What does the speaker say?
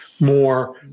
more